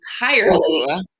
entirely